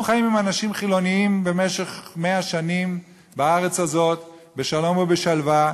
אנחנו חיים עם אנשים חילונים במשך 100 שנים בארץ הזאת בשלום ובשלווה,